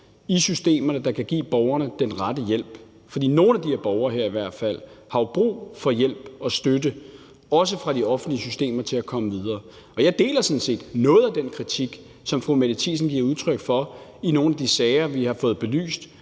i systemerne, hvor man kan give borgerne den rette hjælp, for i hvert fald nogle af de her borgere har jo brug for hjælp og støtte, også fra de offentlige systemer, til at komme videre. Jeg deler sådan set noget af den kritik, som fru Mette Thiesen giver udtryk for, i forbindelse med nogle af de sager, vi har fået belyst,